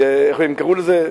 איך הם קראו לזה?